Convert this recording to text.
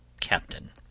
Captain